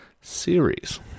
series